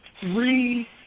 three